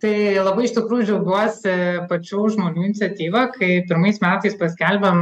tai labai iš tikrųjų džiaugiuosi pačių žmonių iniciatyva kai pirmais metais paskelbėm